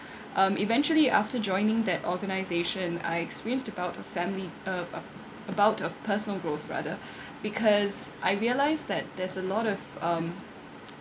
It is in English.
um eventually after joining that organisation I experienced about a family about of personal growth rather because I realise that there's a lot of um